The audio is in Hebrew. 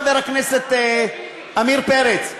חבר הכנסת עמיר פרץ,